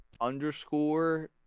underscore